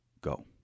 go